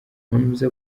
nkomeza